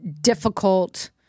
difficult